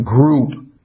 group